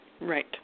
Right